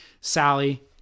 Sally